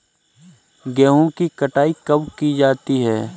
गेहूँ की कटाई कब की जाती है?